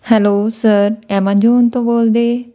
hello sir Amazon ਤੋਂ ਬੋਲਦੇ